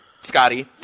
Scotty